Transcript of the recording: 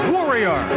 Warrior